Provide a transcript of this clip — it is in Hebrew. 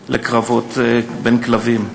מיועדים לקרבות כלבים.